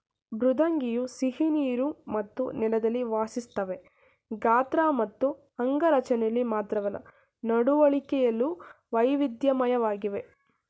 ಮೃದ್ವಂಗಿಯು ಸಿಹಿನೀರು ಮತ್ತು ನೆಲದಲ್ಲಿ ವಾಸಿಸ್ತವೆ ಗಾತ್ರ ಮತ್ತು ಅಂಗರಚನೆಲಿ ಮಾತ್ರವಲ್ಲ ನಡವಳಿಕೆಲು ವೈವಿಧ್ಯಮಯವಾಗಿವೆ